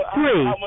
three